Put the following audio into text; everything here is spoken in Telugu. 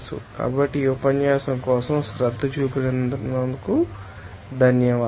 కాబట్టి ఈ ఉపన్యాసం కోసం శ్రద్ధ చూపినందుకు ధన్యవాదాలు